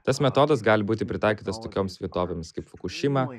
tas metodas gali būti pritaikytas tokioms vietovėms kaip fukušima